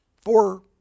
four